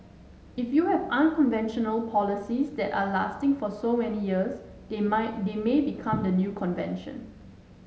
if you have unconventional policies that are lasting for so many years they might they may become the new convention